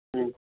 ਹਮ